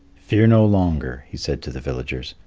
fear no longer, he said to the villagers,